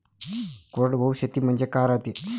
कोरडवाहू शेती म्हनजे का रायते?